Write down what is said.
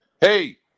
Hey